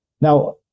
Now